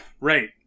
right